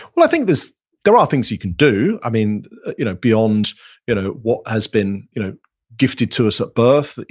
well, i think there are things you can do. i mean you know beyond you know what has been you know gifted to us at birth.